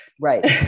Right